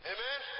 Amen